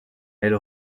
elle